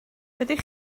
ydych